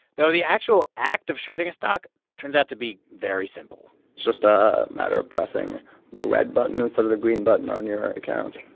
though the actual act of shorting a stock turns out to be very simple it's so just a matter of pressing the red button instead of the green button on your account